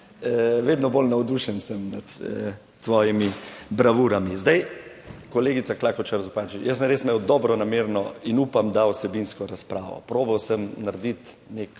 Vedno bolj navdušen sem nad tvojimi bravurami. Zdaj, kolegica Klakočar Zupančič, jaz sem res imel dobronamerno in upam, da vsebinsko razpravo. Probal sem narediti neko